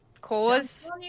cause